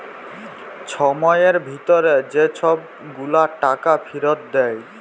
ছময়ের ভিতরে যে ছব গুলা টাকা ফিরত দেয়